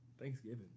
Thanksgiving